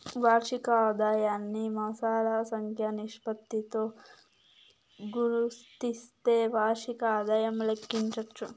వార్షిక ఆదాయాన్ని మాసాల సంఖ్య నిష్పత్తితో గుస్తిస్తే వార్షిక ఆదాయం లెక్కించచ్చు